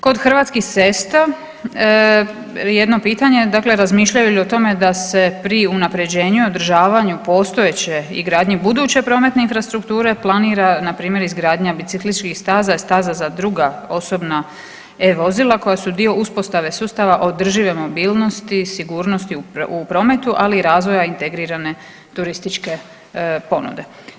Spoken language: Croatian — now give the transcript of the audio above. Kod Hrvatskih cesta jedno pitanje dakle, razmišljaju li o tome da se pri unapređenju i održavanju postojeće i gradnji buduće prometne infrastrukture planira npr. izgradnja biciklističkih staza i staza za druga osobna E vozila koja sa dio uspostave sustava održive mobilnosti, sigurnosti u prometu, ali i razvoja integrirane turističke ponude.